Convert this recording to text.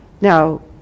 Now